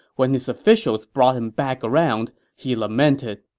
when his officials brought him back around, he lamented,